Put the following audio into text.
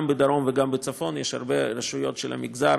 גם בדרום וגם בצפון יש הרבה רשויות של המגזר